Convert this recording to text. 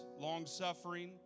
long-suffering